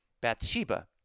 Bathsheba